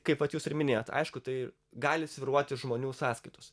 kaip vat jūs ir minėjot aišku tai gali svyruoti žmonių sąskaitos